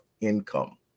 income